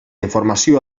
informació